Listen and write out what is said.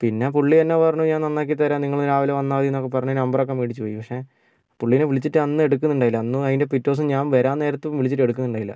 പിന്നെ പുള്ളി തന്നെ പറഞ്ഞു ഞാൻ നന്നാക്കിത്തരാം നിങ്ങള് രാവിലെ വന്നാൽ മതി എന്നൊക്കെ പറഞ്ഞ് നമ്പറൊക്കെ മേടിച്ചു പോയി പക്ഷേ പുള്ളിനെ വിളിച്ചിട്ട് അന്ന് എടുക്കുന്നുണ്ടായില്ല അന്നും അതിൻ്റെ പിറ്റേ ദിവസം ഞാൻ വരാൻ നേരത്തും വിളിച്ചിട്ടും എടുക്കുന്നുണ്ടായില്ല